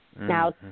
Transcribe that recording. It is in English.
Now